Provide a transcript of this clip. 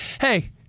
hey